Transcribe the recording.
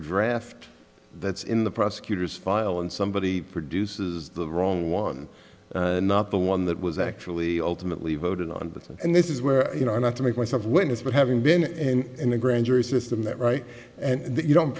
draft that's in the prosecutor's file and somebody produces the wrong one not the one that was actually alternately voted on but and this is where you know not to make myself witness but having been in the grand jury system that right and that you don't